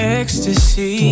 ecstasy